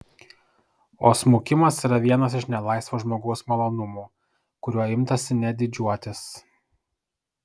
o smukimas yra vienas iš nelaisvo žmogaus malonumų kuriuo imtasi net didžiuotis